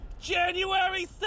January